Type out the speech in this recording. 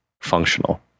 functional